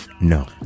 no